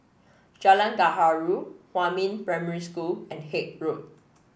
Jalan Gaharu Huamin Primary School and Haig Road